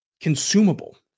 consumable